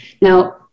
Now